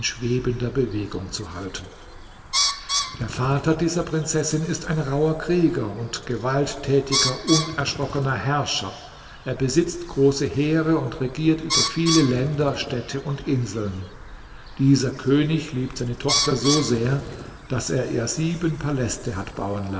schwebender bewegung zu halten der vater dieser prinzessin ist ein rauher krieger und gewalttätiger unerschrockener herrscher er besitzt große heere und regiert über viele länder städte und inseln dieser könig liebt seine tochter so sehr daß er ihr sieben paläste hat